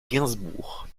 gainsbourg